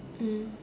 mm